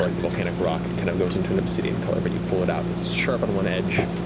like the volcanic rock, kind of goes into an obsidian color. but you pull it out. and it's sharp on one edge,